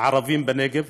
הערבים בנגב.